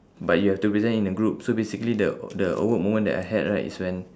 but you have to present in a group so basically the the awkward moment that I had right is when